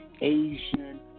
Asian